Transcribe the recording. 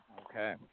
Okay